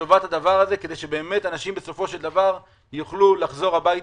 לטובת הדבר הזה כדי שבאמת אנשים בסופו של דבר יוכלו לחזור הביתה,